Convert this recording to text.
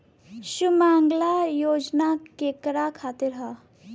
सुमँगला योजना केकरा खातिर ह?